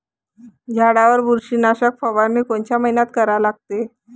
झाडावर बुरशीनाशक फवारनी कोनच्या मइन्यात करा लागते?